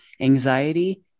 anxiety